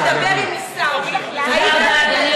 אדוני היושב-ראש